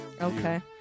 Okay